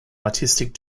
artistic